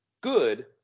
good